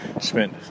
spent